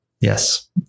Yes